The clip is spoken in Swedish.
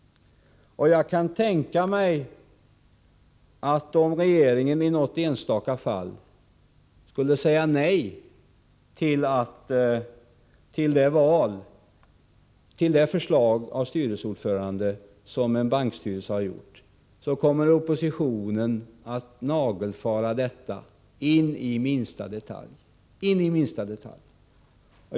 Om regeringen i något enstaka fall skulle säga nej till det förslag till val av styrelseordförande som en bankstyrelse har lagt fram, kan jag mycket väl tänka mig att oppositionen kommer att nagelfara detta — in i minsta detalj.